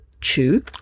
chew